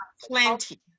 plenty